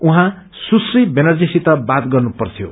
उर्जौँ सुश्री व्यानर्जीसित बात गर्नु पर्थ्यो